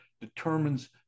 determines